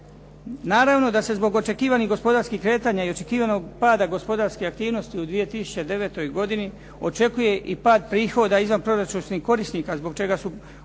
Naravno da se zbog očekivanih gospodarskih kretanja i očekivanog pada gospodarske aktivnosti u 2009. godini očekuje i pad prihoda izvanproračunskih korisnika, zbog čega su